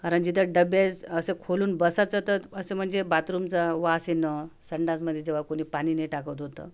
कारण जिथं डबेच असं खोलून बसायचं तर असं म्हणजे बाथरूमचं वास येणं संडासमध्ये जेव्हा कुणी पाणी नय टाकत होतं